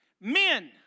men